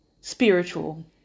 spiritual